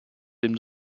dem